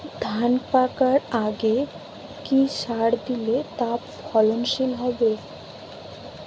ধান পাকার আগে কি সার দিলে তা ফলনশীল হবে?